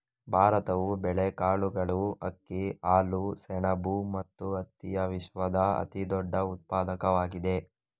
ಭಾರತವು ಬೇಳೆಕಾಳುಗಳು, ಅಕ್ಕಿ, ಹಾಲು, ಸೆಣಬು ಮತ್ತು ಹತ್ತಿಯ ವಿಶ್ವದ ಅತಿದೊಡ್ಡ ಉತ್ಪಾದಕವಾಗಿದೆ